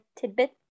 tidbit